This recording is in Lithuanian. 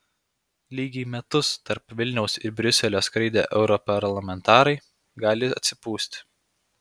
lygiai metus tarp vilniaus ir briuselio skraidę europarlamentarai gali atsipūsti